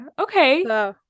okay